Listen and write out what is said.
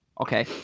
Okay